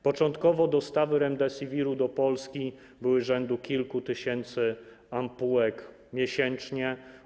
Początkowo dostawy Remdesiviru do Polski były rzędu kilku tysięcy ampułek miesięcznie.